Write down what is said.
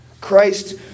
Christ